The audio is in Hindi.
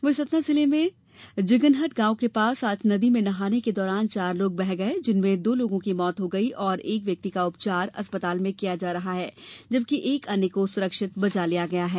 वहीं सतना जिले में जिगनहट गांव के पास आज नदी में नहाने के दौरान चार लोग बह गये जिसमें से दो लोगों की मौत हो गई और एक व्यक्ति का उपचार अस्पताल में किया जा रहा है जबकि एक अन्य को सुरक्षित बचा लिया गया है